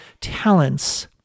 talents